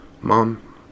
Mom